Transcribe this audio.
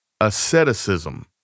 asceticism